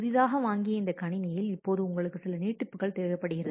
புதிதாக வாங்கிய இந்த கணினியில் இப்போது உங்களுக்கு சில நீட்டிப்புகள் தேவைப்படுகிறது